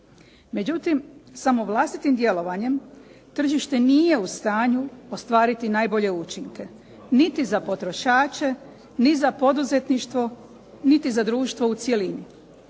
Međutim, samo vlastitim djelovanjem tržište nije u stanju ostvariti najbolje učinke. Niti za potrošače, ni za poduzetništvo, niti za društvo u cjelini.